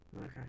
Okay